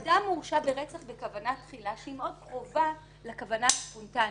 אדם הורשע ברצח בכוונה תחילה שהיא מאוד קרובה לכוונה ספונטנית.